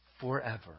Forever